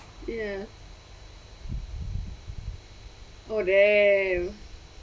ya oh damn